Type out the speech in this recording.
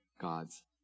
God's